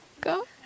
Go